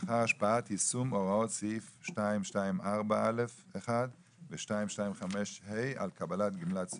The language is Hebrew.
אחר השפעת יישום הוראות סעיפים 224(א)(1) ו-225(ה) על קבלת גמלת סיעוד.